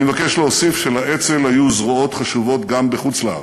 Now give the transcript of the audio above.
אני מבקש להוסיף שלאצ"ל היו זרועות חשובות גם בחוץ-לארץ,